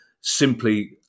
simply